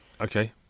Okay